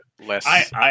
less